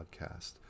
podcast